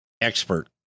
expert